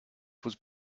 was